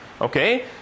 Okay